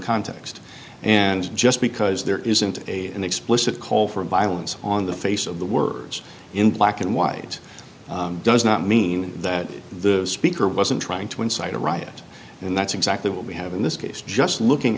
context and just because there isn't a an explicit call for violence on the face of the words in black and white does not mean that the speaker wasn't trying to incite a riot and that's exactly what we have in this case just looking